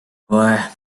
kahjuks